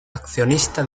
accionista